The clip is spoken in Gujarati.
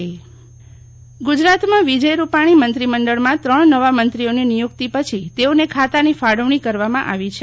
શીતલબેન વૈષ્ણનવ ખાતની ફાળવણી ગુજરાતમાં વિજય રૂપાણી મંત્રીમંડળમાં ત્રણ નવા મંત્રીઓની નિયુક્તિ પછી તેઓને ખાતાની ફાળવણી કરવામાં આવી છે